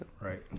right